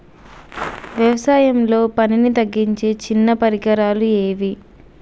వ్యవసాయంలో పనిని తగ్గించే చిన్న పరికరాలు ఏవి?